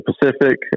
Pacific